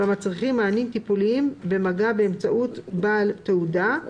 והמצריכים מענים טיפוליים במגע באמצעות בעל תעודה,